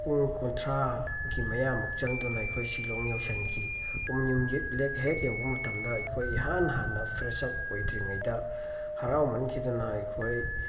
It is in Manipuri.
ꯄꯨꯡ ꯀꯨꯟꯊ꯭ꯔꯥꯒꯤ ꯃꯌꯥꯃꯨꯛ ꯆꯪꯗꯨꯅ ꯑꯩꯈꯣꯏ ꯁꯤꯂꯣꯡ ꯌꯧꯁꯤꯟꯈꯤ ꯎꯃꯤꯌꯝ ꯂꯦꯛ ꯍꯦꯛ ꯌꯧꯕ ꯃꯇꯝꯗ ꯑꯩꯈꯣꯏ ꯏꯍꯥꯟ ꯍꯥꯟꯅ ꯐ꯭ꯔꯦꯁ ꯑꯞ ꯑꯣꯏꯗ꯭ꯔꯤꯉꯩꯗ ꯍꯔꯥꯎꯃꯟꯈꯤꯗꯅ ꯑꯩꯈꯣꯏ